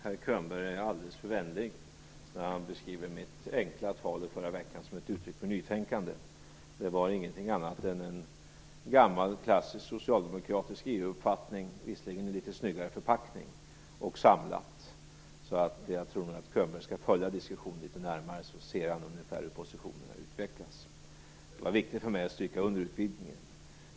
Fru talman! Herr Könberg är alldeles för vänlig när han beskriver mitt enkla tal i förra veckan som ett uttryck för nytänkande. Det var ingenting annat än en gammal och klassisk socialdemokratisk EU uppfattning, visserligen i litet snyggare förpackning och samlat. Jag tror nog att Bo Könberg skall följa diskussionen litet närmare så ser han ungefär hur positionerna utvecklas. Det var viktigt för mig att stryka under utvidgningen.